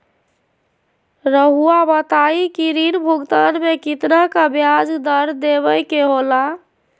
रहुआ बताइं कि ऋण भुगतान में कितना का ब्याज दर देवें के होला?